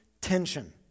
Tension